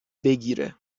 بگیره